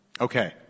Okay